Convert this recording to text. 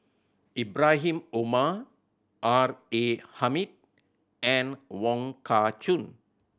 Ibrahim Omar R A Hamid and Wong Kah Chun